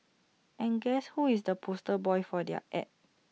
and guess who is the poster boy for their Ad